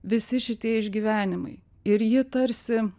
visi šitie išgyvenimai ir ji tarsi